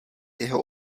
jeho